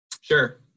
Sure